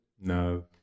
no